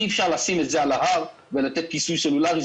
אי אפשר לשים את זה על ההר ולתת כיסוי סלולרי.